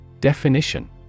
Definition